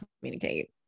communicate